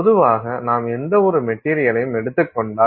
பொதுவாக நாம் எந்தவொரு மெட்டீரியளையும் எடுத்துக் கொண்டால்